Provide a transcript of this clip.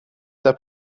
der